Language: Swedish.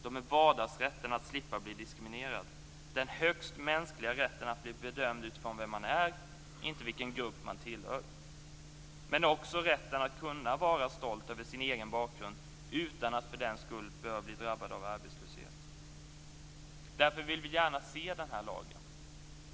De är vardagsrätten att slippa bli diskriminerad - den högst mänskliga rätten att bli bedömd utifrån vem man är och inte vilken grupp man tillhör. Men det handlar också om rätten att kunna vara stolt över sin egen bakgrund utan att för den skull behöva bli drabbad av arbetslöshet. Därför vill vi gärna se den här lagen.